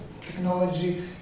technology